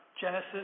genesis